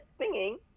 singing